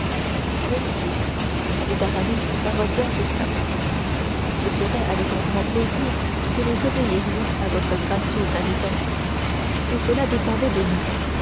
monsieur dit aramis parodiant jussac ce serait avec un grand plaisir que nous obéirions à votre gracieuse invitation si cela dépendait de nous